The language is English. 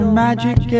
magic